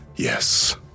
Yes